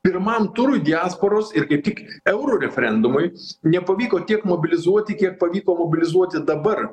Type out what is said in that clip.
pirmam turui diasporos ir kaip tik euro referendumui nepavyko tiek mobilizuoti kiek pavyko mobilizuoti dabar